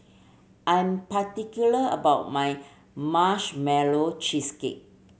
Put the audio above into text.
I am particular about my Marshmallow Cheesecake